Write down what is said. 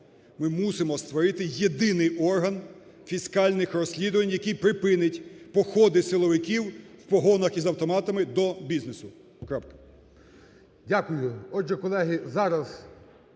Ми мусимо створити єдиний орган фіскальних розслідувань, який припинить походи силовиків в погонах і з автоматами до бізнесу.